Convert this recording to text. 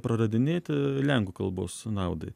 praradinėti lenkų kalbos naudai